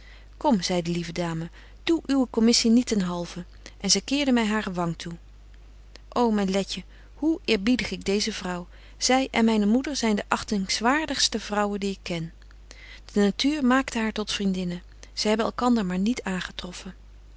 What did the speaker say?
kom zei de lieve dame doe uwe commissie niet ten halven en zy keerde my hare wang toe o myn letje hoe eerbiedig ik deeze vrouw zy en myne moeder zyn de achtingswaardigste vrouwen die ik ken de natuur maakte haar tot vriendinnen zy hadden elkander maar niet aangetroffen